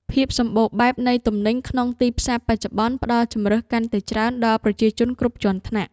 ភាពសម្បូរបែបនៃទំនិញក្នុងទីផ្សារបច្ចុប្បន្នផ្ដល់ជម្រើសកាន់តែច្រើនដល់ប្រជាជនគ្រប់ជាន់ថ្នាក់។